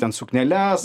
ten sukneles